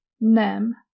Nem